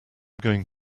going